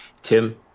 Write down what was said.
Tim